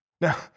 Now